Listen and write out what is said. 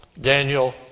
Daniel